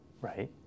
right